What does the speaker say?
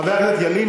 חבר הכנסת ילין,